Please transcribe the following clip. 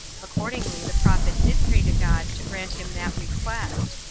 accordingly the prophet did pray to god to grant him that request.